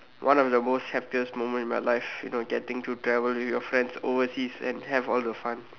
one of the most happiest moment in my life you know getting to travel with your friends overseas and have all the fun